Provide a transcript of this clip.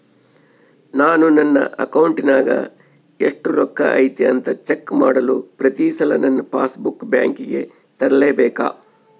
ನಾನು ನನ್ನ ಅಕೌಂಟಿನಾಗ ಎಷ್ಟು ರೊಕ್ಕ ಐತಿ ಅಂತಾ ಚೆಕ್ ಮಾಡಲು ಪ್ರತಿ ಸಲ ನನ್ನ ಪಾಸ್ ಬುಕ್ ಬ್ಯಾಂಕಿಗೆ ತರಲೆಬೇಕಾ?